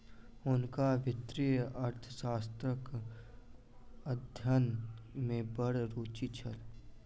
हुनका वित्तीय अर्थशास्त्रक अध्ययन में बड़ रूचि छल